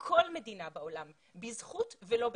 עולים מכל מדינה בעולם, בזכות ולא בחסד.